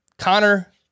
Connor